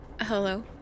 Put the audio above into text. Hello